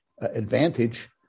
advantage